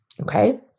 Okay